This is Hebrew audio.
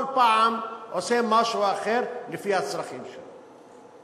כל פעם עושה משהו אחר, לפי הצרכים שלו.